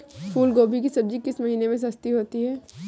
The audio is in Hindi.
फूल गोभी की सब्जी किस महीने में सस्ती होती है?